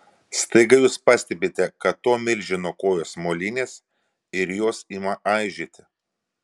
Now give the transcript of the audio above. staiga jūs pastebite kad to milžino kojos molinės ir jos ima aižėti